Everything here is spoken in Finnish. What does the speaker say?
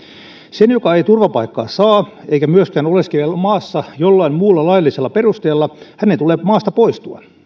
sen joka ei turvapaikkaa saa eikä myöskään oleskele maassa jollain muulla laillisella perusteella tulee maasta poistua